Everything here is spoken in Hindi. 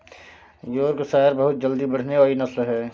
योर्कशायर बहुत जल्दी बढ़ने वाली नस्ल है